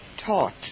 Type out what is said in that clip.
taught